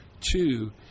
Two